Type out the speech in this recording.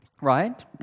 Right